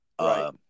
Right